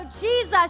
Jesus